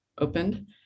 opened